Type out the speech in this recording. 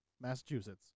Massachusetts